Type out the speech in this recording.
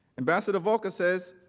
and but sort of volker says,